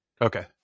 Okay